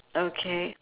okay